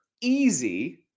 easy